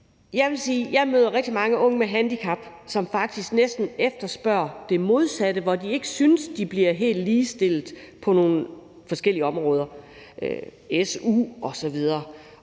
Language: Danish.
Jeg vil sige, at jeg møder rigtig mange unge med handicap, som faktisk næsten efterspørger det modsatte; de synes, at de ikke bliver helt ligestillet på nogle forskellige områder – su osv.